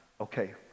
Okay